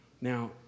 Now